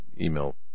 email